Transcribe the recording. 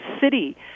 city